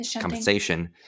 compensation